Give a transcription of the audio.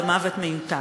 למוות מיותר.